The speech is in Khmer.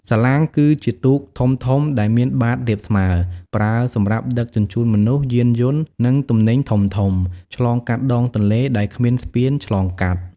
សាឡាងគឺជាទូកធំៗដែលមានបាតរាបស្មើ ប្រើសម្រាប់ ដឹកជញ្ជូនមនុស្ស យានយន្ត និងទំនិញធំៗ ឆ្លងកាត់ដងទន្លេ ដែលគ្មានស្ពានឆ្លងកាត់។